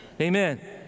amen